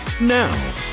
Now